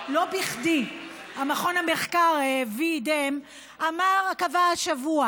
לא בכדי מכון המחקר V-Dem קבע השבוע